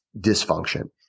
dysfunction